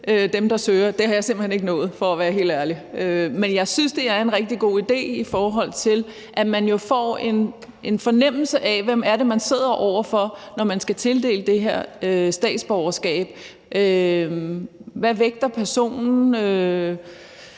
dem, der søger, har jeg simpelt hen ikke kunnet – for at være helt ærlig. Men jeg synes, det er en rigtig god idé for at få en fornemmelse af, hvem det er, man står over for, når man skal tildele det her statsborgerskab. Hvad vægter personen?